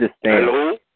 Hello